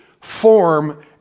form